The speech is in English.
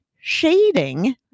shading